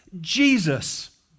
Jesus